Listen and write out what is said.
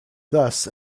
thus